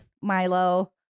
Milo